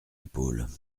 épaules